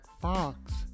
Fox